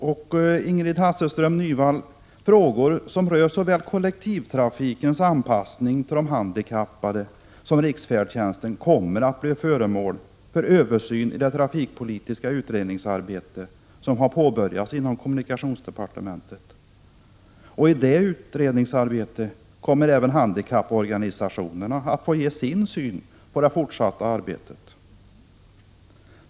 Till Ingrid Hasselström Nyvall: Frågor som rör såväl kollektivtrafikens anpassning till de handikappade som riksfärdtjänsten kommer att bli föremål för översyn i det trafikpolitiska utredningsarbete som nu har påbörjats inom kommunikationsdepartementet. I det utredningsarbetet kommer även handikapporganisationerna att få ge sin syn på de här frågorna.